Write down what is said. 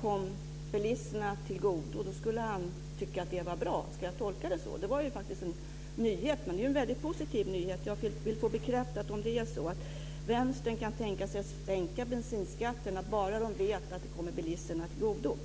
kom bilisterna till godo, skulle han tycka att det var bra. Ska jag tolka det så? Det var ju faktiskt en nyhet, men det är en väldigt positiv nyhet. Jag vill få bekräftat om det är så att Vänstern kan tänka sig att sänka bensinskatten bara de vet att det kommer bilisterna till godo.